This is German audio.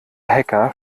hacker